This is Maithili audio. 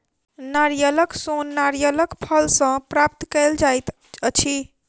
नारियलक सोन नारियलक फल सॅ प्राप्त कयल जाइत अछि